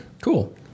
Cool